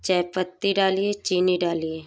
चायपत्ती डालिए चीनी डालिए